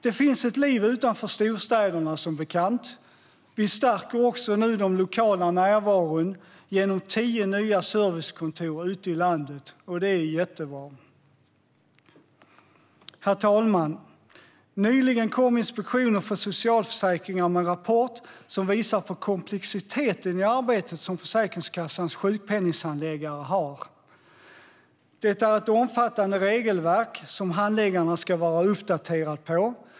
Det finns som bekant ett liv utanför storstäderna. Vi stärker nu den lokala närvaron genom tio nya servicekontor ute i landet. Det är jättebra. Herr talman! Nyligen kom Inspektionen för socialförsäkringar med en rapport som visar på komplexiteten i arbetet som Försäkringskassans sjukpenningshandläggare har. Det är ett omfattande regelverk som handläggaren ska vara uppdaterad på.